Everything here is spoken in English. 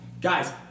guys